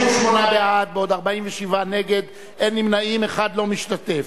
38 בעד, בעוד 47 נגד, אין נמנעים, אחד לא משתתף.